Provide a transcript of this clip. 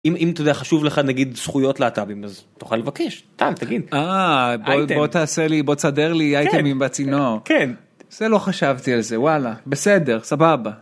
אם ת׳יודע חשוב לך נגיד זכויות להטבי״ם אז תוכל לבקש תגיד בוא תעשה לי בוא תסדר לי אייטמים בצינור נו כן זה לא חשבתי על זה וואלה בסדר סבבה.